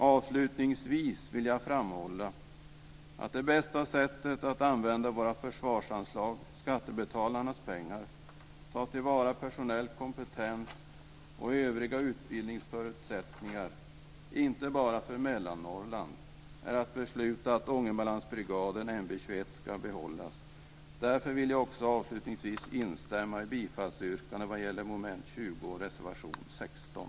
Avslutningsvis vill jag framhålla att det bästa sättet att använda våra försvarsanslag, skattebetalarnas pengar, ta till vara personell kompetens och övriga utbildningsförutsättningar inte bara för Mellannorrland är att besluta att Ångermanlandsbrigaden NB 21 ska behållas. Därför vill jag också avslutningsvis instämma i bifallsyrkandet vad gäller mom. 20, reservation 16.